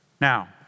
Now